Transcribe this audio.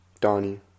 Donnie